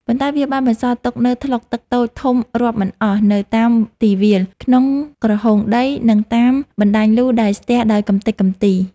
ប៉ុន្តែវាបានបន្សល់ទុកនូវថ្លុកទឹកតូចធំរាប់មិនអស់នៅតាមទីវាល ក្នុងក្រហូងដី និងតាមបណ្តាញលូដែលស្ទះដោយកម្ទេចកម្ទី។